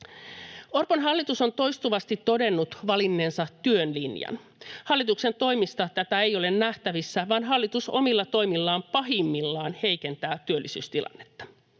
Orpon hallitus on toistuvasti todennut valinneensa työn linjan. Hallituksen toimista tätä ei ole nähtävissä, vaan hallitus omilla toimillaan pahimmillaan heikentää työllisyystilannetta.